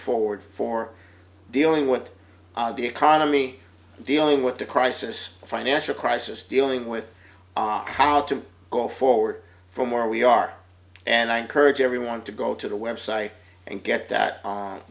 forward for dealing with the economy dealing with the crisis financial crisis dealing with how to go forward from where we are and i encourage everyone to go to the website and get that